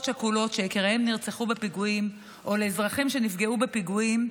שכולות שיקיריהן נרצחו בפיגועים או לאזרחים שנפגעו בפיגועים